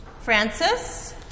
Francis